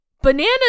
Bananas